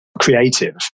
creative